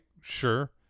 sure